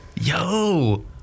Yo